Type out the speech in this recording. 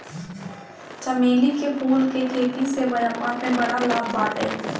चमेली के फूल के खेती से व्यापार में बड़ा लाभ बाटे